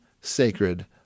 sacred